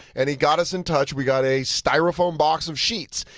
and he got us in touch. we got a styrofoam box of sheetz.